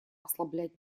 ослаблять